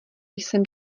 jsem